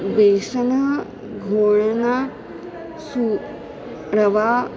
बेसना घोळना सू रवा